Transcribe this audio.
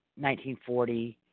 1940